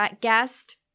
guest